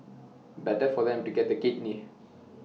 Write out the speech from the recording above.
better for them to get the kidney